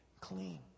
clean